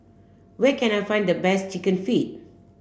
where can I find the best chicken feet